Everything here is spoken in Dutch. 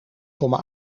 komma